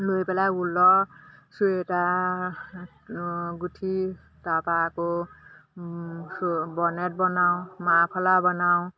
লৈ পেলাই ওলৰ চুৱেটা গুঠি তাৰপা আকৌ বনেট বনাওঁ মাফলা বনাওঁ